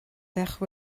bheadh